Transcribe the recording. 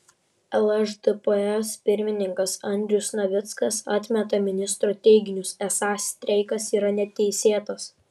lšdps pirmininkas andrius navickas atmeta ministro teiginius esą streikas yra neteisėtas